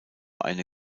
eine